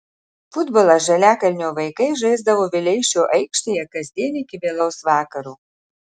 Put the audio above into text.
futbolą žaliakalnio vaikai žaisdavo vileišio aikštėje kasdien iki vėlaus vakaro